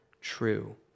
true